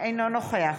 אינו נוכח